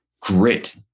grit